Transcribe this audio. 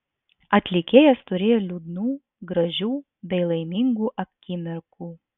atlikėjas turėjo liūdnų gražių bei laimingų akimirkų